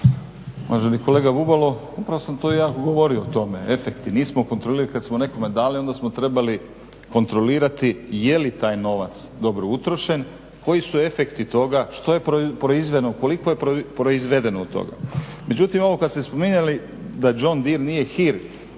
Uvaženi kolega Bubalo upravo sam govorio o tome, efekti. Nismo kontrolirali kada smo nekome dali onda smo trebali kontrolirati jeli taj novac dobro utrošen, koji su efekti toga, što je proizvedeno, koliko je proizvedeno toga. Međutim ovo kada ste spominjali da John Dear nije hir,